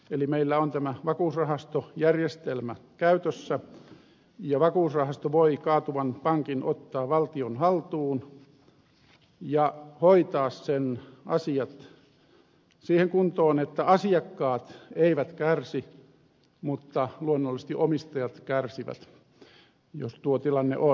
eli meillä on tämä vakuusrahastojärjestelmä käytössä ja vakuusrahasto voi kaatuvan pankin ottaa valtion haltuun ja hoitaa sen asiat siihen kuntoon että asiakkaat eivät kärsi mutta luonnollisesti omistajat kärsivät jos tuo tilanne on